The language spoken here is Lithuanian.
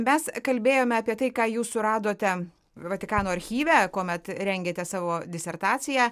mes kalbėjome apie tai ką jūs suradote vatikano archyve kuomet rengėte savo disertaciją